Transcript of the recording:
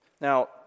Now